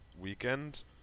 weekend